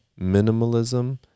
minimalism